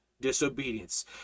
disobedience